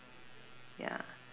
ya